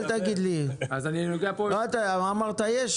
אמרת יש?